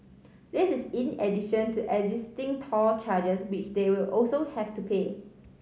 this is in addition to existing toll charges which they will also have to pay